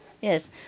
Yes